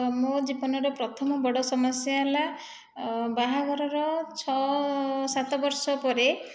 ମୋ' ଜୀବନରେ ପ୍ରଥମ ବଡ଼ ସମସ୍ୟା ହେଲା ବାହାଘରର ଛଅ ସାତ ବର୍ଷ ପରେ